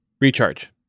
recharge